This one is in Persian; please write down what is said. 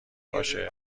باشه